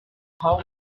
how